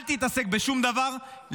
אל תתעסק בשום דבר,